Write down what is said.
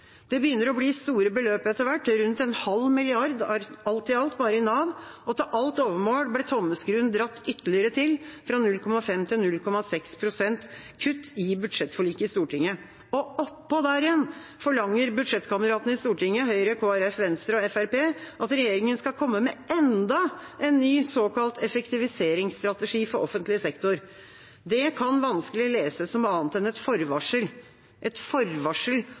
Det begynner å bli store beløp etter hvert, rundt en halv milliard alt i alt bare i Nav, og til alt overmål ble tommeskruen dratt ytterligere til, fra 0,5 til 0,6 pst. kutt, i budsjettforliket i Stortinget. Oppå der igjen forlanger budsjettkameratene i Stortinget – Høyre, Kristelig Folkeparti, Venstre og Fremskrittspartiet – at regjeringa skal komme med enda en ny såkalt effektiviseringsstrategi for offentlig sektor. Det kan vanskelig leses som annet enn et forvarsel – et forvarsel